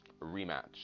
rematch